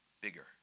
bigger